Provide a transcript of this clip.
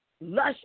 lush